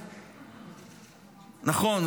נכון,